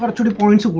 but to the level